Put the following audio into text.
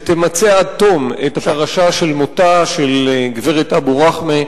שתמצה עד תום את הפרשה של מותה של גברת אבו רחמה.